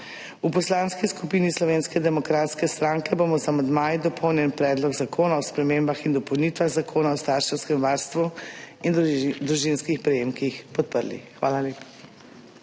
V Poslanski skupini Slovenske demokratske stranke bomo z amandmaji dopolnjen Predlog zakona o spremembah in dopolnitvah Zakona o starševskem varstvu in družinskih prejemkih podprli. Hvala lepa.